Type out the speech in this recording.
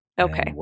Okay